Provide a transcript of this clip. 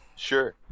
Sure